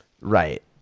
Right